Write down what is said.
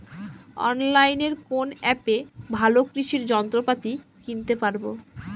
অনলাইনের কোন অ্যাপে ভালো কৃষির যন্ত্রপাতি কিনতে পারবো?